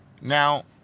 Now